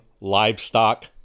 livestock